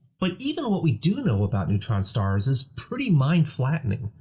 but even what we do know about neutron stars is pretty mind-flattening.